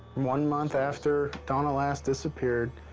one month after donna lass disappeared,